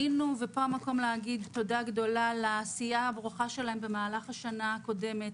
פה המקום להגיד תודה גדולה לעשייה הברוכה שלהם במהלך השנה הקודמת.